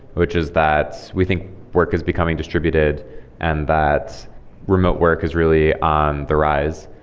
which is that we think work is becoming distributed and that remote work is really on the rise.